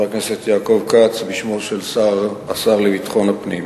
הכנסת יעקב כץ בשמו של השר לביטחון הפנים.